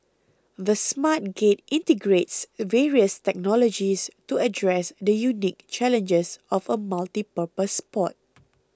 the Smart Gate integrates various technologies to address the unique challenges of a multipurpose port